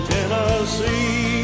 Tennessee